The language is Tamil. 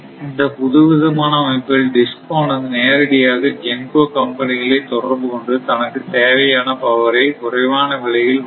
இந்த புதுவிதமான அமைப்பில் DISCO ஆனது நேரடியாக GENCO கம்பெனிகளை தொடர்பு கொண்டு தனக்குத் தேவையான பவரை குறைவான விலையில் வாங்க முடியும்